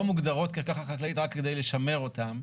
מוגדרות כקרקע חקלאית רק כדי לשמר אותן,